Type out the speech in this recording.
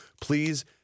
Please